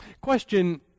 Question